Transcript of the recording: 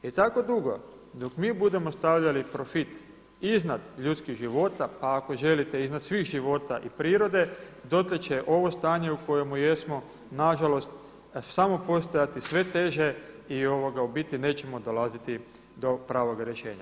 I tako dugo dok mi budemo stavljali profit iznad ljudskih života, pa ako želite i iznad svih života i prirode dotle će ovo stanje u kojemu jesmo na žalost samo postajati sve teže i u biti nećemo dolaziti do pravoga rješenja.